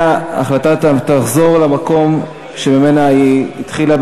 וההצעה תחזור למקום שממנו היא התחילה,